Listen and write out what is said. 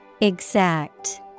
Exact